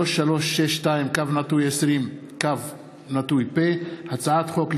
פ/3362/20 וכלה בהצעת חוק 3432/20,